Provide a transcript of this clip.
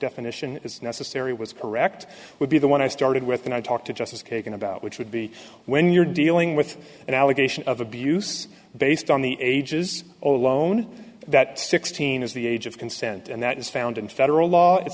definition is necessary was correct would be the one i started with when i talked to justice kagan about which would be when you're dealing with an allegation of abuse based on the ages alone that sixteen is the age of consent and that is found in federal law it